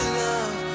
love